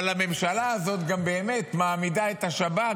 אבל הממשלה הזאת גם באמת מעמידה את השב"כ,